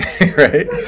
Right